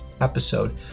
episode